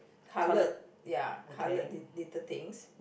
coloured ya coloured li~ little things